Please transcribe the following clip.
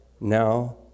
Now